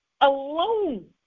alone